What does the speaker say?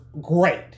great